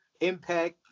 Impact